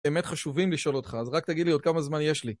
באמת חשובים לשאול אותך, אז רק תגיד לי עוד כמה זמן יש לי.